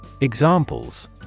Examples